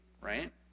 right